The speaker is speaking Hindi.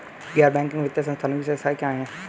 गैर बैंकिंग वित्तीय संस्थानों की विशेषताएं क्या हैं?